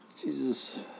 Jesus